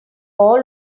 all